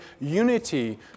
unity